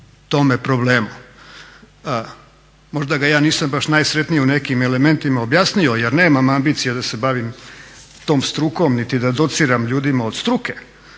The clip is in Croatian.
tome problemu. Možda ga ja nisam baš najsretnije u nekim elementima objasnio jer nemam ambicija da se bavim tom strukom niti da dociram ljudima od struke